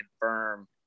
confirm